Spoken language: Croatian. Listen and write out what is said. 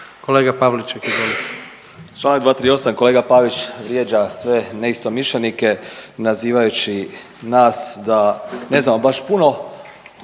suverenisti)** Čl. 238. kolega Pavić vrijeđa sve neistomišljenike nazivajući nas da ne znamo baš puno